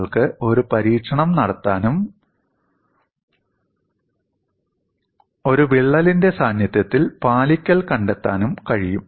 നിങ്ങൾക്ക് ഒരു പരീക്ഷണം നടത്താനും ഒരു വിള്ളലിന്റെ സാന്നിധ്യത്തിൽ പാലിക്കൽ കണ്ടെത്താനും കഴിയും